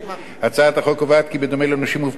הצעת החוק קובעת כי בדומה לנושים מובטחים המנועים